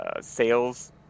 sales